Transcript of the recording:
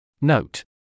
Note